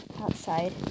outside